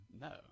No